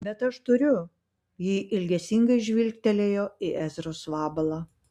bet aš turiu ji ilgesingai žvilgtelėjo į ezros vabalą